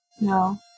No